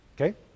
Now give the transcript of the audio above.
Okay